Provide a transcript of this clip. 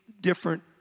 different